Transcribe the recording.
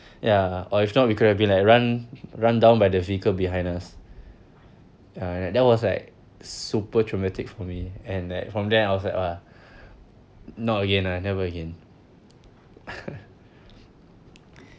ya or if not we could have been like run run run down by the vehicle behind us and that was like super traumatic for me and then from there I was like uh not again lah never again